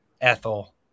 Ethel